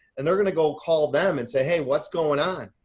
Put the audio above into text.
and they're going to go call them and say, hey, what's going on?